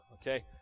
Okay